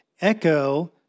echo